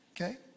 Okay